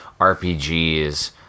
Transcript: rpgs